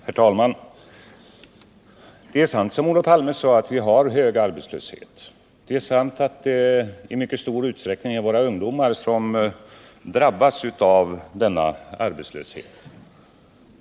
Herr talman! Det är sant, som Olof Palme sade, att vi har hög arbetslöshet och att det i mycket stor utsträckning är våra ungdomar som drabbas av denna arbetslöshet.